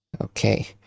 Okay